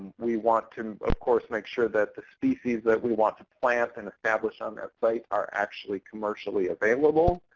we want to, of course, make sure that the species that we want to plant and establish on that site are actually commercially available.